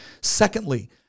Secondly